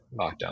lockdown